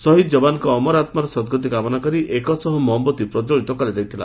ଶହୀଦ ଯବାନଙ୍ଙ ଅମର ଆତ୍ନାର ସଦ୍ଗତି କାମନା କରି ଏକଶହ ମହମବତୀ ପ୍ରଜ୍ୱଳିତ କରାଯାଇଥିଲା